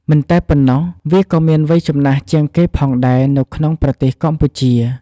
មិនតែប៉ុណ្ណោះ វាក៏មានវ័យចំណាស់ជាងគេផងដែរនៅក្នុងប្រទេសកម្ពុជា។